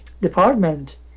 Department